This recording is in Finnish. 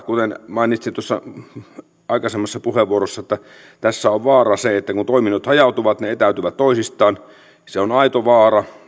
kuten mainitsin tuossa aikaisemmassa puheenvuorossani tässä on vaarana se että kun toiminnot hajautuvat ne etääntyvät toisistaan se on on aito vaara